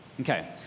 Okay